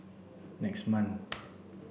next month